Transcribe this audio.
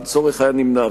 הצורך היה נמנע.